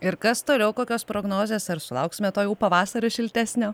ir kas toliau kokios prognozės ar sulauksime to jau pavasario šiltesnio